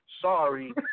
sorry